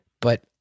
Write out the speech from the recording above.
But-